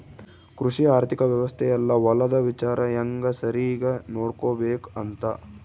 ಕೃಷಿ ಆರ್ಥಿಕ ವ್ಯವಸ್ತೆ ಯೆಲ್ಲ ಹೊಲದ ವಿಚಾರ ಹೆಂಗ ಸರಿಗ ನೋಡ್ಕೊಬೇಕ್ ಅಂತ